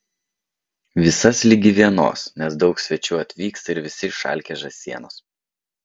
visas ligi vienos nes daug svečių atvyksta ir visi išalkę žąsienos